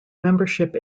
membership